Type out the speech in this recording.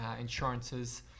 insurances